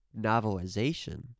novelization